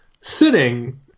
sitting